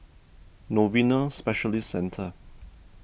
Novena Specialist Centre